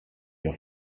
ihr